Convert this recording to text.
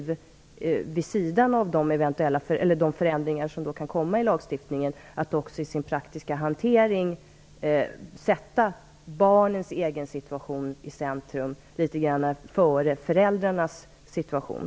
Vid sidan av de förändringar som kan komma i lagstiftningen måste man också i sin praktiska hantering sätta barnens egen situation i centrum - litet grand före föräldrarnas situation.